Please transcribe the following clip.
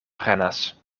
prenas